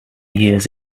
years